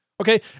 Okay